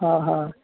हय हय